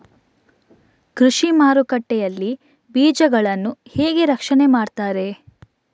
ಕೃಷಿ ಮಾರುಕಟ್ಟೆ ಯಲ್ಲಿ ಬೀಜಗಳನ್ನು ಹೇಗೆ ರಕ್ಷಣೆ ಮಾಡ್ತಾರೆ?